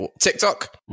tiktok